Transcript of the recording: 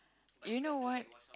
you know what